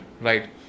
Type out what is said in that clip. Right